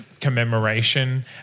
commemoration